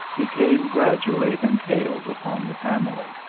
became gradually entailed upon the family.